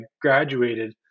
graduated